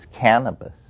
cannabis